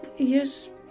Yes